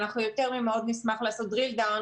שבא לגשת לבקש היתר בנייה,